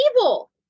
evil